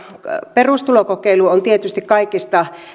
perustulokokeilu on tietysti kaikista